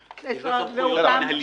יש לו סמכויות מינהליות.